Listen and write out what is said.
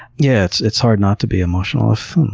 yeah, it's it's hard not to be emotional.